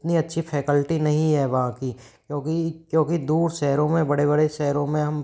इतनी अच्छी फैकल्टी नहीं है वहाँ की क्योंकि क्योंकि दूर शहरों में बड़े बड़े शहरों में हम